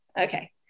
Okay